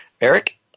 Eric